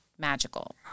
magical